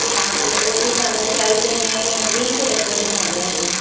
ਹਾਂ ਤੇ ਉਹ ਵੀ ਸਾਨੂੰ ਚਾਹੀਦੇ ਨੇ ਵੀਹ ਕੁ ਡੱਬੇ ਬਣਵਾ ਦਿਆ ਜੇ